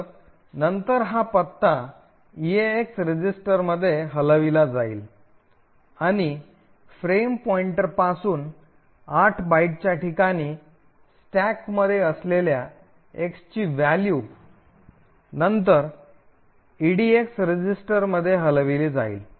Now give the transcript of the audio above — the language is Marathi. तर नंतर हा पत्ता ईएक्स रजिस्टरमध्ये हलविला जाईल आणि फ्रेम पॉईंटरपासून 8 बाइटच्या ठिकाणी स्टॅकमध्ये असलेल्या एक्सची व्हॅल्यू नंतर ईडीएक्स रजिस्टरमध्ये हलविली जाईल